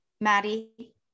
Maddie